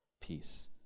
peace